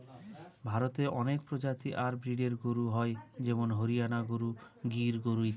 ভারতে অনেক প্রজাতি আর ব্রিডের গরু হয় যেমন হরিয়ানা গরু, গির গরু ইত্যাদি